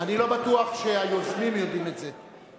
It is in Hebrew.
אני לא בטוח שהיוזמים יודעים את זה.